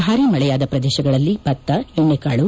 ಭಾರಿ ಮಳೆಯಾದ ಪ್ರದೇಶಗಳಲ್ಲಿ ಭತ್ತ ಎಣ್ಣೆಕಾಳು